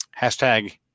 hashtag